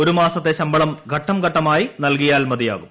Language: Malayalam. ഒരുമാസത്തെ ശമ്പളം ഘട്ടംഘട്ടമായി നൽകിയാൽ മതിയാകും